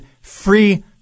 Free